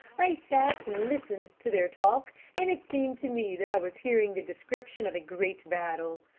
i sat and listened to their talk, and it seemed to me that i was hearing the description of a great battle.